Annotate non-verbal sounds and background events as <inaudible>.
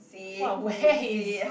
what a waste <laughs>